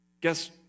Guess